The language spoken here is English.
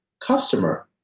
customer